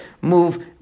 move